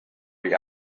the